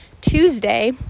tuesday